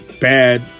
bad